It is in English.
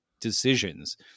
decisions